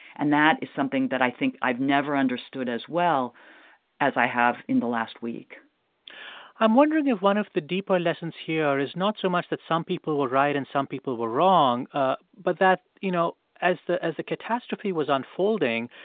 and that is something that i think i've never understood as well as i have in the last week i'm wondering if one of the deeper lessons here is not so much that some people were right and some people were wrong ah but that, you know, as the as the catastrophe was unfolding,